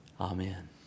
Amen